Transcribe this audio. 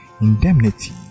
indemnity